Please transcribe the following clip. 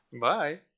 bye